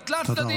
לא תלת-צדדי.